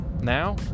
Now